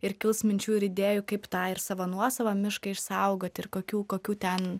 ir kils minčių ir idėjų kaip tą ir savo nuosavą mišką išsaugoti ir kokių kokių ten